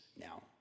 now